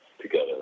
together